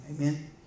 Amen